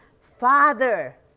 father